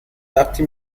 وقتی